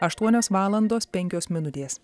aštuonios valandos penkios minutės